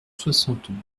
soixante